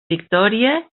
victòria